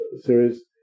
series